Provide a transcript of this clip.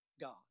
God